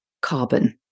carbon